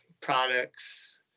products